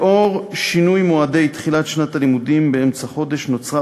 לאור שינוי מועדי תחילת שנת הלימודים באמצע חודש נוצרה